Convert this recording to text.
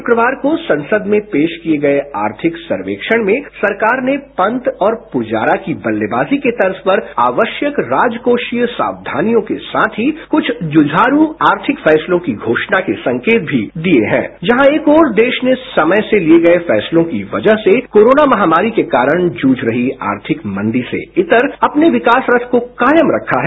शुक्रवार को संसद में पेश किए गए आर्थिक सर्वेक्षण में सरकार ने पंत और पुजारा की बल्लेबाजी तर्ज पर आवश्यक राजकोषीय सावधानियों के साथ ही कुछ जुझारू आर्थिक फैसलों की घोषणा के संकेत भी दिए हैं जहां एक ओर देश ने समय से लिए गए फैसलों की वजह से कोरोना महामारी के कारण जूझ रही आर्थिक मंदी से इतर अपने विकास रथ को कायम रखा है